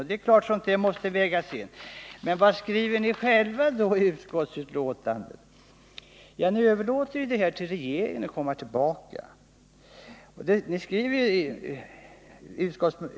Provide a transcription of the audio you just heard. Det är klart att sådant måste vägas in. Men vad skriver ni själva i utskottsbetänkandet? Ni överlåter åt regeringen att komma tillbaka.